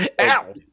Ow